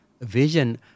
Vision